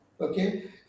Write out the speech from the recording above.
okay